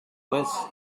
this